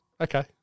Okay